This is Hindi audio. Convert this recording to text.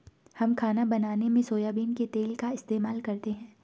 हम खाना बनाने में सोयाबीन के तेल का इस्तेमाल करते हैं